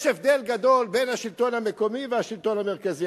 יש הבדל גדול בין השלטון המקומי לשלטון המרכזי,